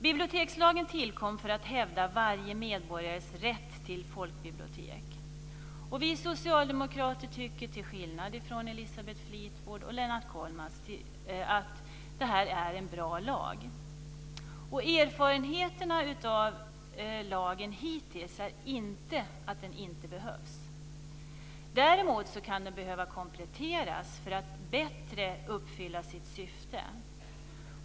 Bibliotekslagen tillkom för att man skulle hävda varje medborgares rätt till folkbibliotek, och vi socialdemokrater tycker, till skillnad från Elisabeth Fleetwood och Lennart Kollmats, att det här är en bra lag. Erfarenheterna av lagen hittills är inte att den inte behövs. Däremot kan den behöva kompletteras för att bättre uppfylla sitt syfte.